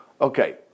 Okay